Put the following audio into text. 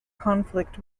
conflict